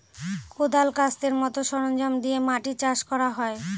কোঁদাল, কাস্তের মতো সরঞ্জাম দিয়ে মাটি চাষ করা হয়